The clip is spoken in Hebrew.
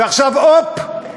ועכשיו הופ,